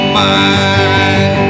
mind